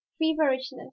feverishness